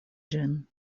ĝin